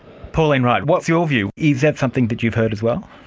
pauline wright, what's your view? is that something that you've heard as well?